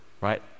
right